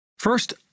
First